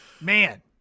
Man